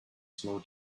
slow